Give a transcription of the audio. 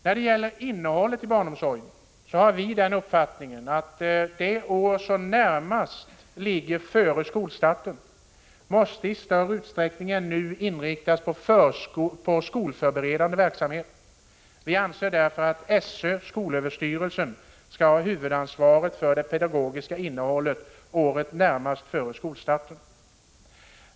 När det gäller innehållet i barnomsorgen har vi moderater den uppfattningen att året närmast före skolstarten måste i större utsträckning än nu inriktas på skolförberedande verksamhet. Vi anser därför att skolöverstyrelsen skall ha huvudansvaret för det pedagogiska innehållet under detta år.